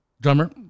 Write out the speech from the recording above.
drummer